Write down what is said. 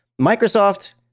microsoft